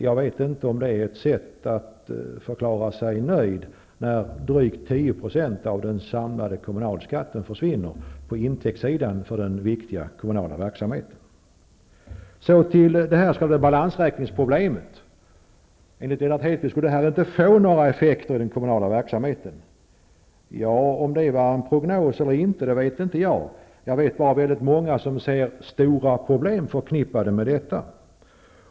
Jag vet inte om det är bra att förklara sig nöjd när drygt 10 % av den samlade kommunalskatten försvinner för den viktiga kommunala verksamheten på intäktssidan. Låt mig gå över till det s.k. balansräkningsproblemet. Enligt Lennart Hedquist skulle detta inte få några effekter i den kommunala verksamheten. Jag vet inte om det var en prognos eller inte. Jag vet bara att det finns väldigt många som säger att det finns stora problem förknippade med detta.